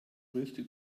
größte